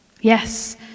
Yes